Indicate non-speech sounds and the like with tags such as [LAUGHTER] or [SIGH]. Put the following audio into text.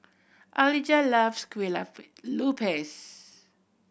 Alijah loves kueh [UNINTELLIGIBLE] lupis